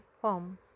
form